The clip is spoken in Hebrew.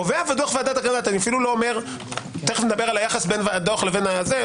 קובע דוח ועדת אגרנט תכף נדבר על היחס בין הדוח לזה,